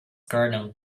kernel